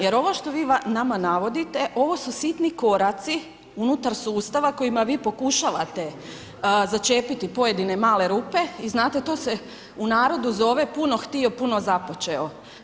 Jer ovo što vi nama navodite, ovo su sitni koraci unutar sustava kojima vi pokušavate začepiti pojedine male rupe i znate to se u narodu zove puno htio, puno započeo.